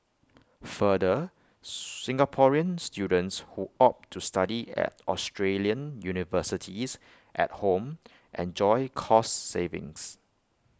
further Singaporean students who opt to study at Australian universities at home enjoy cost savings